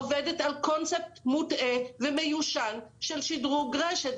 עובדת על קונספט מוטעה ומיושן של שדרוג רשת.